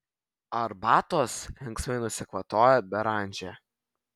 arbatos linksmai nusikvatojo beranžė